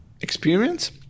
experience